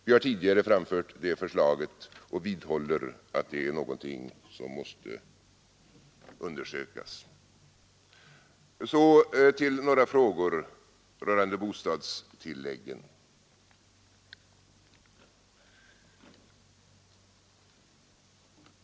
Vi har tidigare framfört det förslaget, och vi vidhåller att det är någonting som skall undersökas. Så till några frågor rörande bostadstilläggen.